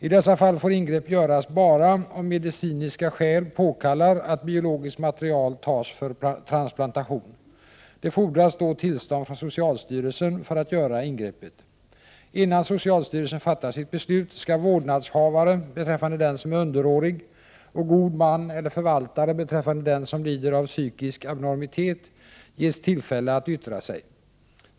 I dessa fall får ingrepp göras bara om medicinska skäl påkallar att biologiskt material tas för transplantation. Det fordras då tillstånd från socialstyrelsen för att göra ingreppet. Innan socialstyrelsen fattar sitt beslut skall vårdnadshavare beträffande den som är underårig och god man eller förvaltare beträffande den som lider av psykisk abnormitet ges tillfälle att yttra sig.